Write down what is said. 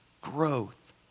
growth